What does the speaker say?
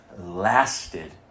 lasted